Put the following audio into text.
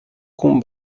com